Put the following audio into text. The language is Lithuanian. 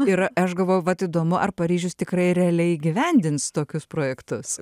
ir aš galvojau vat įdomu ar paryžius tikrai realiai įgyvendins tokius projektus